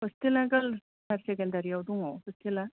हस्टेला girls हाइसेकेण्डारियाव दङ' हस्टेला